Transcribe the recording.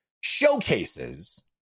showcases